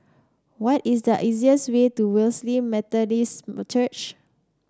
what is the easiest way to Wesley Methodist Church